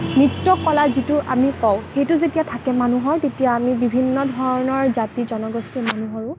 নৃত্য়কলা যিটো আমি কওঁ সেইটো যেতিয়া থাকে মানুহৰ তেতিয়া আমি বিভিন্ন ধৰণৰ জাতি জনগোষ্ঠীৰ মানুহৰো